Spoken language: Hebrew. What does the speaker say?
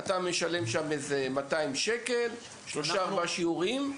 אתה משלם 200 שקלים לשלושה-ארבעה שיעורים.